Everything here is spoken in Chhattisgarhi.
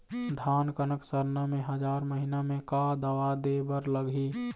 धान कनक सरना मे हजार महीना मे का दवा दे बर लगही?